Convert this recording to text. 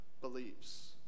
believes